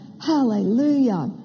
Hallelujah